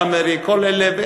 כל אלה.